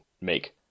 make